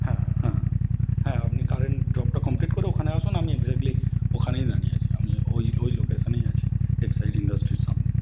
হ্যাঁ হ্যাঁ হ্যাঁ আপনি কারেন্ট ড্রপটা কমপ্লিট করে ওখানে আসুন আমি একজ্যাক্টলি ওখানেই দাঁড়িয়ে আছি আমি ওই ওই লোকেশনেই আছি এক্সাইড ইন্ডাস্ট্রির সামনে